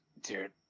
Dude